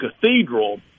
cathedral